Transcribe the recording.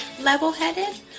level-headed